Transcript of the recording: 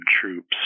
troops